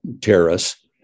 terrorists